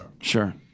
Sure